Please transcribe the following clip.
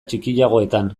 txikiagoetan